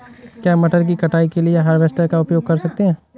क्या मटर की कटाई के लिए हार्वेस्टर का उपयोग कर सकते हैं?